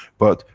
but,